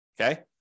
okay